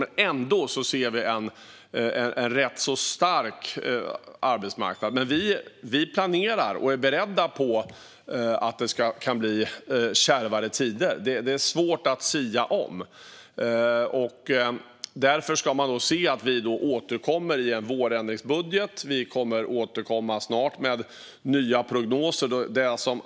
Men ändå ser vi en rätt stark arbetsmarknad. Vi planerar och är beredda på att det kan bli kärvare tider. Det är svårt att sia. Därför ska man se att vi då återkommer i en vårändringsbudget. Vi kommer snart att återkomma med nya prognoser.